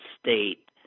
state